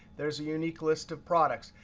there's a unique list of products.